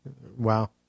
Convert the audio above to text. Wow